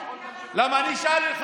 אני הפסקתי לספור.